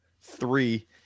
Three